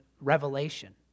revelation